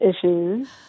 issues